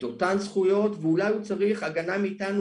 אותן זכויות ואולי הוא צריך הרבה יותר הגנה מאתנו